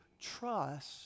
trust